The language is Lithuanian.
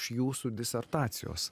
iš jūsų disertacijos